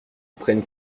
prennent